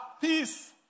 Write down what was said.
peace